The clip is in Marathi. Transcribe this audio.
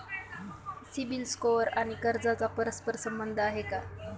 सिबिल स्कोअर आणि कर्जाचा परस्पर संबंध आहे का?